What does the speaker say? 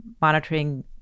monitoring